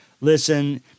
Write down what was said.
listen